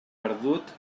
perdut